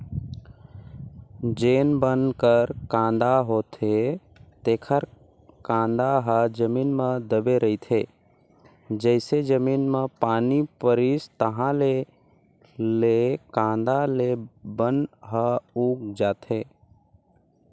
जेन बन कर कांदा होथे तेखर कांदा ह जमीन म दबे रहिथे, जइसे जमीन म पानी परिस ताहाँले ले कांदा ले बन ह उग जाथे